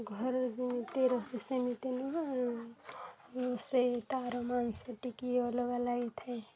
ଘରେ ଯେମିତି ରହୁ ସେମିତି ନୁହଁ ସେଇ ତାର ମାଂସ ଟିକେ ଅଲଗା ଲାଗିଥାଏ